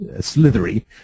slithery